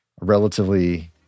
relatively